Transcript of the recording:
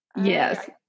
Yes